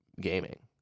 gaming